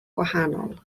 gwahanol